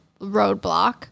roadblock